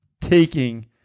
taking